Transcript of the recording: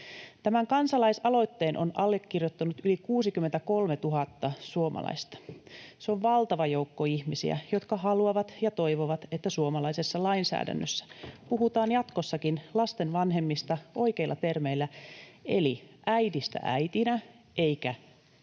Tämän kansalaisaloitteen on allekirjoittanut yli 63 000 suomalaista. Se on valtava joukko ihmisiä, jotka haluavat ja toivovat, että suomalaisessa lainsäädännössä puhutaan jatkossakin lasten vanhemmista oikeilla termeillä — eli äidistä äitinä eikä